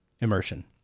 immersion